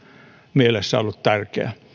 mielessä ollut tärkeää